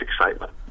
excitement